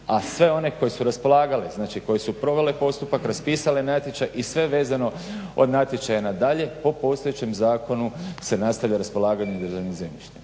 a sve one koje su raspolagale koje su provele postupak, raspisale natječaj i sve vezano od natječaja nadalje po postojećem zakonu se nastavlja raspolaganjem državnim zemljištem.